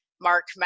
Mark